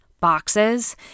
boxes